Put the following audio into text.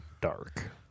dark